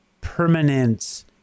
permanent